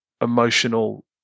emotional